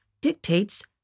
dictates